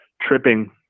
tripping